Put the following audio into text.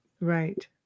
Right